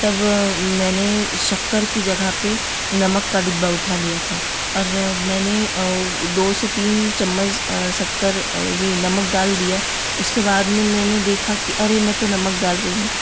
तब मैंने शक्कर की जगह पे नमक का डिब्बा उठा लिया था और मैंने दो से तीन चम्मच शक्कर ये नमक डाल दिया उसके बाद में मैंने देखा कि अरे मैं तो नमक डाल रही हूँ